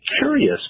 curious